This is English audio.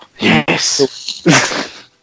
Yes